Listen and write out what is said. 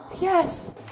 Yes